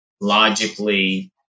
logically